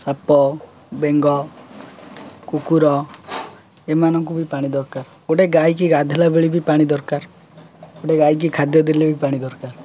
ସାପ ବେଙ୍ଗ କୁକୁର ଏମାନଙ୍କୁ ବି ପାଣି ଦରକାର ଗୋଟେ ଗାଈକି ଗାଧେଇଲା ବେଳେ ବି ପାଣି ଦରକାର ଗୋଟେ ଗାଈକି ଖାଦ୍ୟ ଦେଲେ ବି ପାଣି ଦରକାର